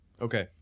Okay